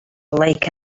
like